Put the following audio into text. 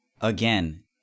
again